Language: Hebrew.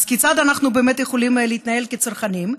אז כיצד אנחנו באמת יכולים להתנהל כצרכנים?